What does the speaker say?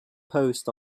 post